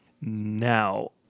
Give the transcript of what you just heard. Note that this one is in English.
Now